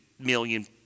million